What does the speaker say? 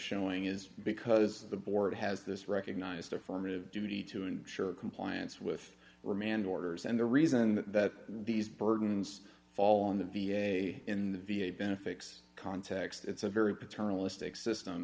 showing is because the board has this recognized affirmative duty to ensure compliance with remand orders and the reason that these burdens fall on the v a in the v a benefits context it's a very paternalistic system